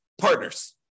partners